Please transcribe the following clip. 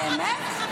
באמת?